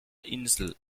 insel